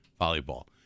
volleyball